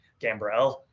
Gambrell